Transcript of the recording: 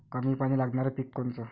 कमी पानी लागनारं पिक कोनचं?